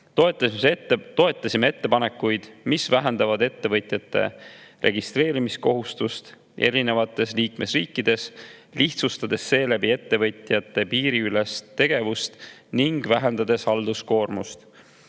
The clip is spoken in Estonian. Toetasime ettepanekut vähendada ettevõtjate registreerimiskohustust erinevates liikmesriikides, mis lihtsustab ettevõtjate piiriülest tegevust ja vähendab halduskoormust.